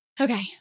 Okay